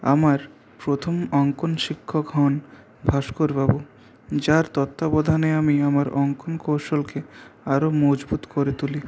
আমার প্রথম অঙ্কন শিক্ষক হন ভাস্কর বাবু যার তত্ত্বাবধানে আমি আমার অঙ্কন কৌশলকে আরো মজবুত করে তুলি